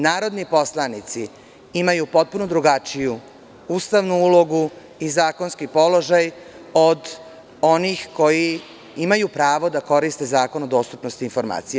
Narodni poslanici imaju potpunu drugačiju ustavnu ulogu i zakonski položaj od onih koji imaju pravo da koriste Zakon o dostupnosti informacija.